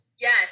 Yes